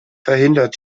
verhindert